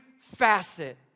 facet